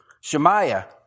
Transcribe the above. Shemaiah